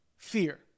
fear